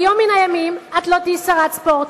ביום מן הימים את לא תהיי שרת הספורט.